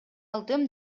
алдым